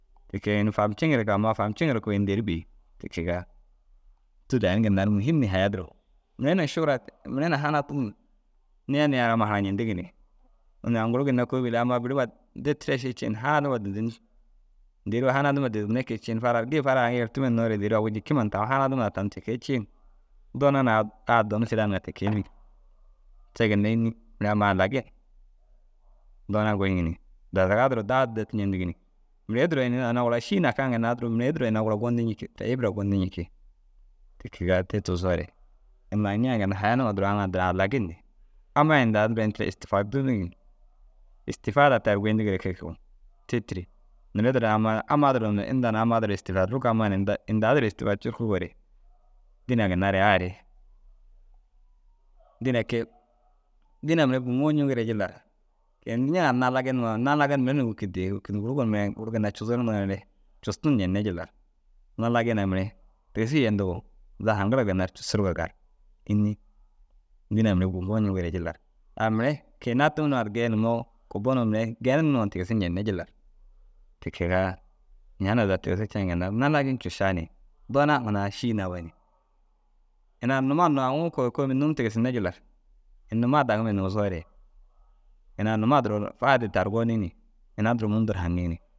Ti kee ini famciŋire amma famciŋire koo ini dêri bêi. Ti kegaa tûlaa ini ginna ru muhim ni haya duro mire na niya niya ru ammai hancintigi ni. Unnu aŋ guru ginna kôoli ru amma biri huma duture ši ciina hanadima didin. Dêroo hanadima didinne kee ciina farar gii fara ru yertime hinnoore dêri agu jîkima na tammi hanadima na tammi ti kee ciin doona naa « ai doon filan ŋa » ti kee yintig. Te ginna înni? Mire ama halagin doona gôyiŋi ni dazaga duro daa dirtu ncentigi ni. Mire u duro ini ina gura šîi nakiŋaa ginna duro mire u duro ina gura gondii ncikii te hîbira gondii nckii. Ti kegaa te tigisoore imaa nciŋa ginna haya numa duro aŋ addira alagin ni amma inda duro ini stifan dindigi ni stifaa tayi goyindigire kee koo te tîri. Teere amma ammaa duro na inda na ammaa duro stifarug ammaa na inda u duro stifa curuku woore dînaa ginna re aire. Dînaa ke- i dînaa mire bummoo ncuugire jillar ini « ña nalagin? » nuŋoo nalagin mire wôkid dii wôkid guru ginna ini guru cuzurug nuŋoore custin ncenne jillar nalagin ai mire tigisi tentigoo zaga haŋgiriga ginna ru cussurugoo gali. Înni? Dînaa mire bummoo ncuugire jillar ai mire nadduu ŋa ru geenimmoo kubboniŋomire geenirig nuŋoo na tigisu ncenne jillar. Ti kegaa ñaana zaga tigisu cenigaa ginna ru nalagan cušaa ni doona hunaa šîi nawe ni. Ini ai numa mire aũ koo kôoli num tigisinne jillar ini numa dagume ndigisoore ini ai numa duro ru faide tar gonii ni ina duro mundu ru haŋii ni.